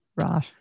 Right